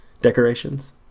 decorations